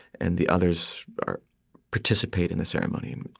and the others participate in the ceremony.